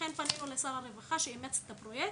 לכן פנינו לשר הרווחה שאימץ את הפרויקט,